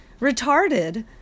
retarded